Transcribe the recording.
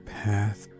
path